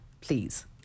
please